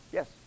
Yes